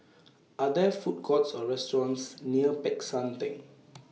Are There Food Courts Or restaurants near Peck San Theng